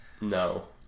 No